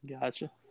Gotcha